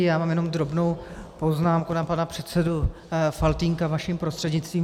Já mám jenom drobnou poznámku na pana předsedu Faltýnka vaším prostřednictvím.